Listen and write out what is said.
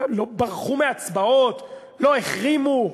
לא ברחו מהצבעות, לא החרימו,